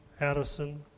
Addison